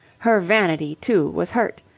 her vanity, too, was hurt.